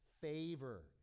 favor